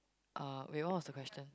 uh wait what was the question